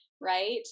right